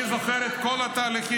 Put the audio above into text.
שאני זוכר את כל התהליכים.